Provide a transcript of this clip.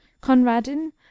Conradin